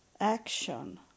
action